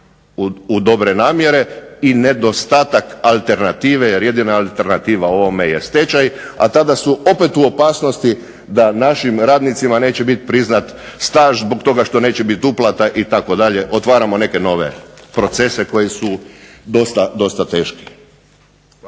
u dobre namjere, i nedostatak alternative, jer jedina alternativa ovome je stečaj, a tada su opet u opasnosti da našim radnicima neće biti priznat staž zbog toga što neće biti uplata, itd., otvaramo neke nove procese koji su dosta teški. Hvala.